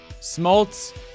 Smoltz